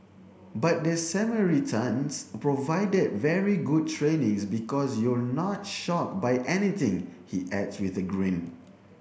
but the Samaritans provided very good trainings because you're not shocked by anything he adds with a grin